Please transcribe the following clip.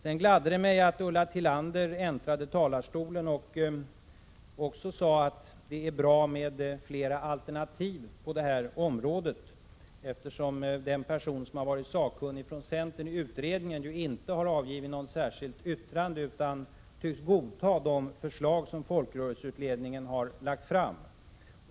Det gladde mig att Ulla Tillander äntrade talarstolen och att också hon sade att det är bra med flera alternativ på det här området. Den person som har varit sakkunnig från centern i folkrörelseutredningen har ju nämligen inte avgivit något särskilt yttrande utan tycks godta de förslag som utredningen har lagt fram.